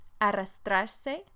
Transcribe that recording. Arrastrarse